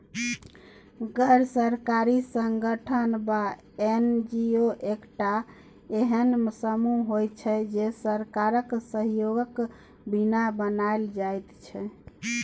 गैर सरकारी संगठन वा एन.जी.ओ एकटा एहेन समूह होइत छै जे सरकारक सहयोगक बिना बनायल जाइत छै